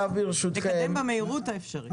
נקדם במהירות האפשרית.